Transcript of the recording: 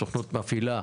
הסוכנות מפעילה